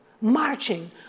Marching